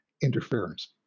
interference